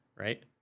Right